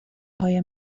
های